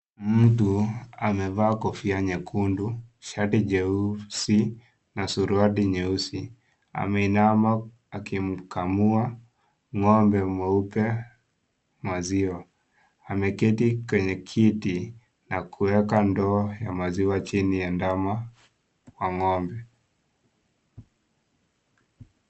Mtu amevaa kofia nyekundu, shati jeusi, na suruari nyeusi, ameinama akimkamua ngombe mweupe, maziwa, ameketi kwenye kiti, na kuweka ndoo ya maziwa chini ya ndama wa ngombe.